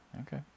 Okay